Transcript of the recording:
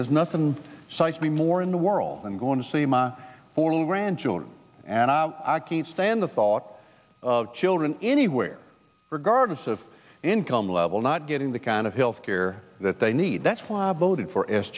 there's nothing size me more in the world i'm going to see my four little grandchildren and i i can't stand the thought of children anywhere regardless of income level not getting the kind of health care that they need that's why i voted for